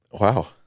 Wow